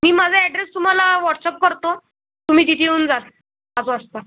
मी माझा ॲड्रेस तुम्हाला व्हॉट्सअप करतो तुम्ही तिथे येऊन जाल पाच वाजता